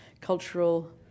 cultural